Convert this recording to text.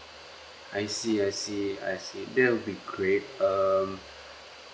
I see I see I see that will be great um